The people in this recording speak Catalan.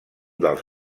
dels